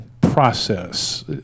process